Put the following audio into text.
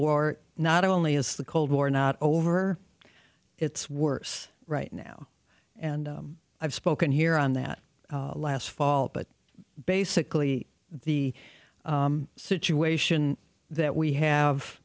war not only is the cold war not over it's worse right now and i've spoken here on that last fall but basically the situation that we have